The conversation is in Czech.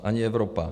Ani Evropa.